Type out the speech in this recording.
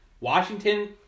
Washington